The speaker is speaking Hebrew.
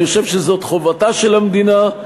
אני חושב שזאת חובתה של המדינה,